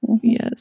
Yes